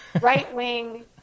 right-wing